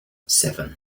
seven